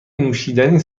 نوشیدنی